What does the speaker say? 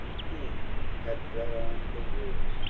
who had brought on the war.